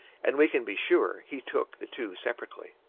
and we can be sure he took the two separately.